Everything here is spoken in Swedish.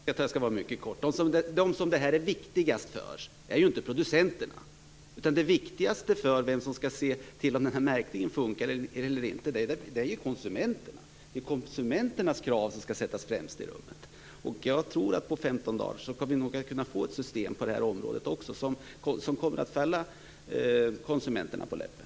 Fru talman! Jag skall fatta mig mycket kort. De som det här är viktigast för är ju inte producenterna. De som det är viktigast för att se om märkningen fungerar eller inte är ju konsumenterna. Det är konsumenternas krav som skall sättas i främsta rummet. Jag tror att vi på 15 dagar kommer att kunna få ett system på det här området som också kommer att falla konsumenterna på läppen.